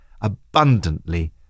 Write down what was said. abundantly